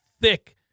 thick